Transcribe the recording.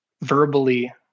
verbally